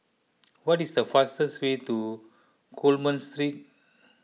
what is the fastest way to Coleman Street